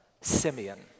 Simeon